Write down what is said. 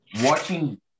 watching